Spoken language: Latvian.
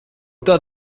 tad